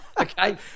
okay